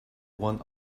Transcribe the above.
one